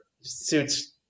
suits